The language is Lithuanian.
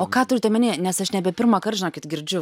o ką turit omenyje nes aš nebe pirmąkart žinokit girdžiu